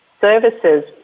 services